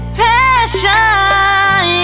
passion